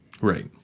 Right